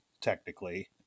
technically